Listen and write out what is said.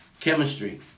Chemistry